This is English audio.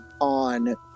on